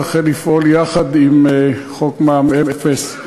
תחל לפעול יחד עם חוק מע"מ אפס,